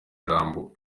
jambo